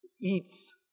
Eats